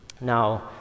Now